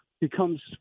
becomes